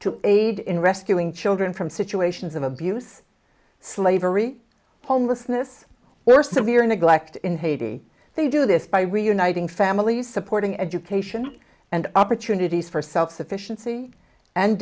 to aid in rescuing children from situations of abuse slavery homelessness more severe neglect in haiti they do this by reuniting families supporting education and opportunities for self sufficiency and